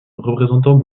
représentant